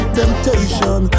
temptation